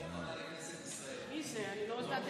מי השר במליאה?